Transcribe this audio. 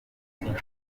uyibona